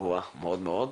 מאוד מאוד.